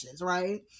right